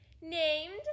named